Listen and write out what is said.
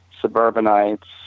suburbanites